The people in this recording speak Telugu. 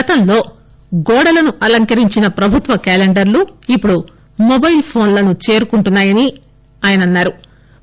గతంలో గోడలను అలంకరించిన ప్రభుత్వ క్యాలెండర్లు ఇప్పుడు మొబైల్ ఫోన్లను చేరుతున్నాయని అన్నారు